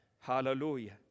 hallelujah